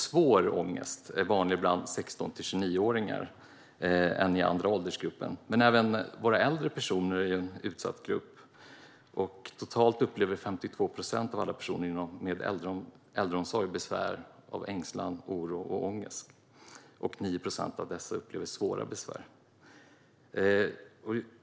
Svår ångest är vanligare bland 16 till 29-åringar än i andra åldersgrupper, men även våra äldre är en utsatt grupp. Totalt upplever 52 procent av alla personer inom äldreomsorgen besvär av ängslan, oro och ångest. Av dessa upplever 9 procent svåra besvär.